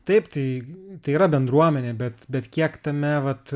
taip tai tai yra bendruomenė bet bet kiek tame vat